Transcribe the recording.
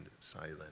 silent